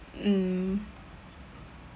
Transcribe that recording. mm